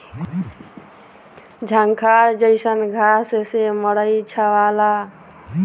झंखार जईसन घास से मड़ई छावला